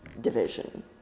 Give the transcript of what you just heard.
division